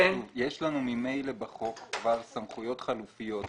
יש לנו ממילא בחוק סמכויות חלופיות.